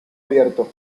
abierto